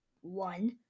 one